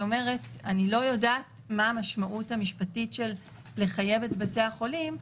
אני לא יודעת מה המשמעות המשפטית של לחייב את בתי החולים.